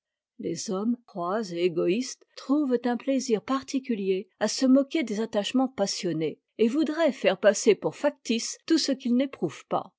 les hommes froids et égoïstes trouvent un plaisir particulier à se moquer des attachements passionnés et voudraient faire passer pour factice tout ce qu'ils n'éprouvent pas